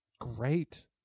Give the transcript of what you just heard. great